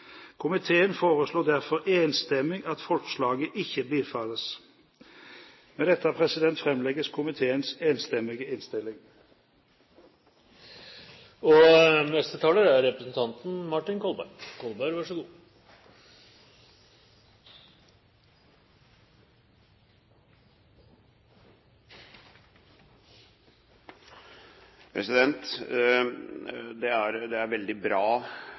Komiteen foreslår derfor enstemmig at forslaget ikke bifalles. Med dette framlegges komiteens enstemmige innstilling. Det er veldig bra